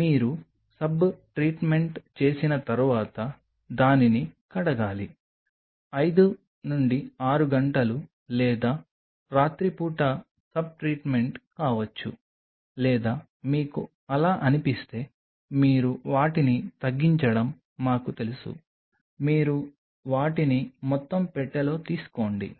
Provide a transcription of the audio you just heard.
మీరు సబ్బు ట్రీట్మెంట్ చేసిన తర్వాత దానిని కడగాలి 5 6 గంటలు లేదా రాత్రిపూట సబ్బు ట్రీట్మెంట్ కావచ్చు లేదా మీకు అలా అనిపిస్తే మీరు వాటిని తగ్గించడం మాకు తెలుసు మీరు వాటిని మొత్తం పెట్టెలో తీసుకోండి